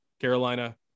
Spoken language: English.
Carolina